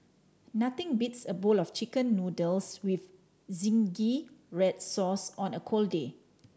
nothing beats a bowl of Chicken Noodles with zingy red sauce on a cold day